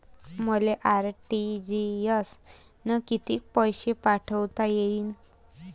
मले आर.टी.जी.एस न कितीक पैसे पाठवता येईन?